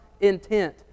intent